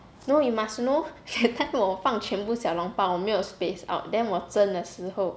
no you must know that 那个我放全部小笼包我没有 space mah then 我蒸的时候